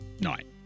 night